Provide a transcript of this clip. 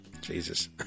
Jesus